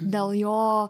dėl jo